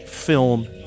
film